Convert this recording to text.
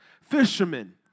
fishermen